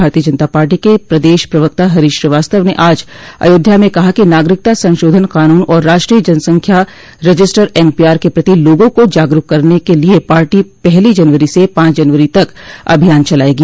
भारतीय जनता पार्टी के प्रदेश प्रवक्ता हरीश श्रीवास्तव ने आज अयोध्या में कहा कि नागरिकता संशोधन कानून और राष्ट्रीय जनसंख्या रजिस्टर एनपीआर के प्रति लोगों को जागरूक करने के लिए पार्टी पहली जनवरी से पांच जनवरी तक अभियान चलायेगी